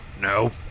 No